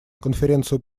конференцию